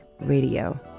Radio